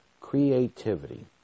Creativity